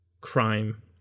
crime